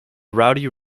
rowdy